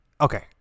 Okay